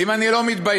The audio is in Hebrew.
אם אני לא מתבייש,